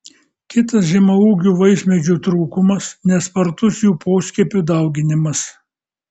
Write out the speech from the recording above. kitas žemaūgių vaismedžių trūkumas nespartus jų poskiepių dauginimas